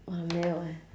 我的没有 eh